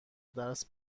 درس